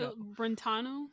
Brentano